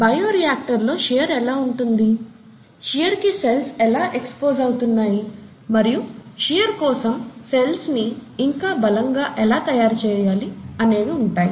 bio reactor లో shear ఎలా ఉంటుంది షీర్ కి సెల్స్ ఎలా ఎక్స్పోజ్ అవుతున్నాయి మరియు షీర్ కోసం సెల్స్ ని ఇంకా బలంగా ఎలా తయారు చేయాలి అనేవి ఉంటాయి